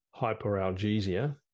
hyperalgesia